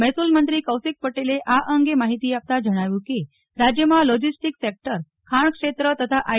મહેસુલમંત્રી શ્રી કૌશિકભાઈ પટેલે આ અંગે માહિતી આપતા જણાવ્યું કે રાજ્યમાં લોજીસ્ટીક સેકટર ખાણ ક્ષેત્ર તથા આઈ